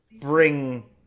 bring